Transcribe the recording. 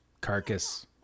Carcass